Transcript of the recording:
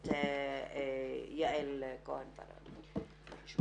הכנסת יעל כהן-פארן, בבקשה.